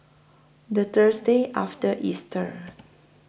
The Thursday after Easter